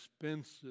expensive